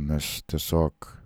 nes tiesiog